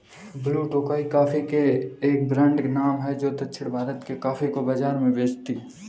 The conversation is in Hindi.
ब्लू टोकाई कॉफी के एक ब्रांड का नाम है जो दक्षिण भारत के कॉफी को बाजार में बेचती है